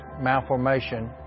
malformation